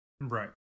Right